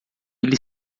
ele